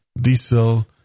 diesel